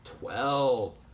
Twelve